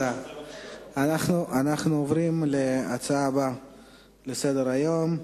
אנחנו עוברים להצעה הבאה לסדר-היום: